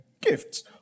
gifts